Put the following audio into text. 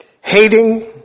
hating